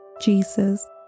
Jesus